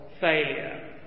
failure